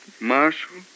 Marshal